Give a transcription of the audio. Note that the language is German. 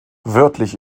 wörtlich